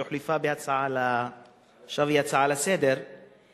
שהוחלפה ועכשיו היא הצעה לסדר-היום,